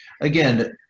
again